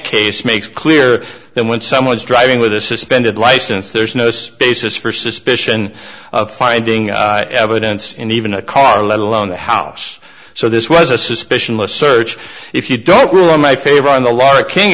case makes clear that when someone is driving with a suspended license there's no spaces for suspicion of finding evidence in even a car let alone the house so this was a suspicion a search if you don't rule in my favor on the larking